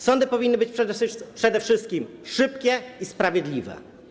Sądy powinny być przede wszystkim szybkie i sprawiedliwe.